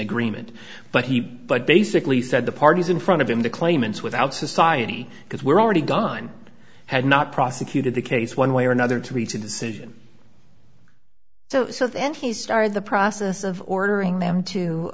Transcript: agreement but he but basically said the parties in front of him the claimants without society because we're already done had not prosecuted the case one way or another to reach a decision so at the end he started the process of ordering them to